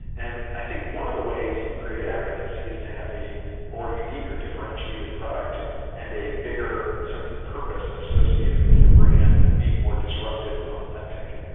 and i think one of the ways you create advocacy is to have a more unique or differentiated product and a bigger sense of purpose associated with your brand and being more disruptive and authentic.